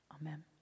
Amen